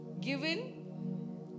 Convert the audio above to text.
given